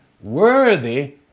worthy